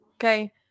Okay